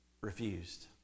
refused